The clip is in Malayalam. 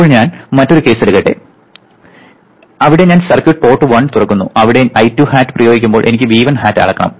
ഇപ്പോൾ ഞാൻ മറ്റൊരു കേസ് എടുക്കട്ടെ അവിടെ ഞാൻ സർക്യൂട്ട് പോർട്ട് 1 തുറക്കുന്നു അവിടെ I2 hat പ്രയോഗിക്കുമ്പോൾ എനിക്ക് V1 hat അളക്കണം